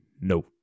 No